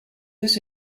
this